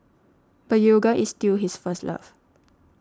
but yoga is still his first love